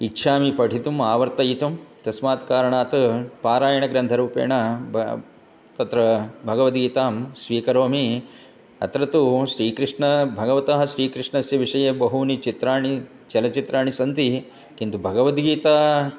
इच्छामि पठितुम् आवर्तयितुं तस्मात् कारणात् पारायणग्रन्थरूपेण ब तत्र भगवद्गीतां स्वीकरोमि अत्र तु श्रीकृष्णः भगवतःश्रीकृष्णस्य विषये बहूनि चित्राणि चलचित्राणि सन्ति किन्तु भगवद्गीता